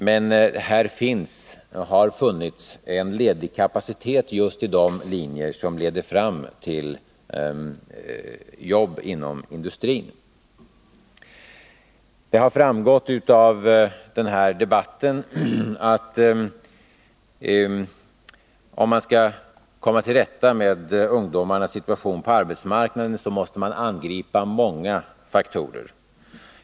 Men här har funnits en ledig kapacitet just i de linjer som leder fram till jobb inom industrin. Det har framgått av debatten att om man nu vill komma till rätta med ungdomarnas situation på arbetsmarknaden, så måste man angripa många faktorer.